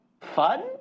fun